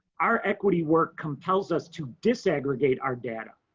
our equity work compels us to dis-aggregate our data.